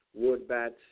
Woodbats